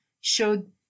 showed